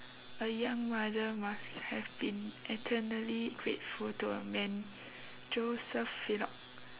a young mother must have been eternally grateful to a man joseph filok